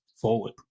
forward